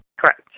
Correct